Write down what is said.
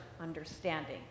understanding